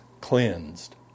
cleansed